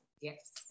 Yes